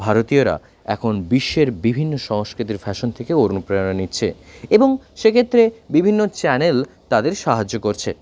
ভারতীয়রা এখন বিশ্বের বিভিন্ন সংস্কৃতির ফ্যাশন থেকে অনুপ্রেরণা নিচ্ছে এবং সেক্ষেত্রে বিভিন্ন চ্যানেল তাদের সাহায্য করছে